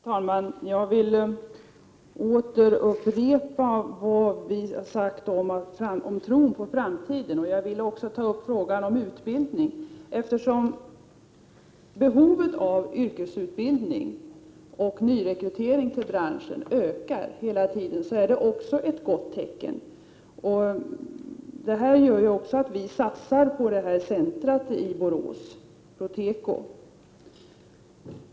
Herr talman! Jag vill återupprepa vad folkpartiet har sagt om tron på framtiden. Jag vill också ta upp frågan om utbildning. Att behovet av yrkesutbildning och nyrekrytering till branschen hela tiden ökar är ett gott tecken. Det är en anledning till att vi satsar på teko och på detta centrum i Borås.